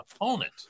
opponent